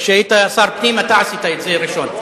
כשהיית שר פנים, אתה עשית את זה ראשון.